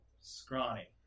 scrawny